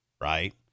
right